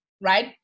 right